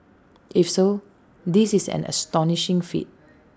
if so this is an astonishing feat